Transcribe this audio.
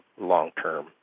long-term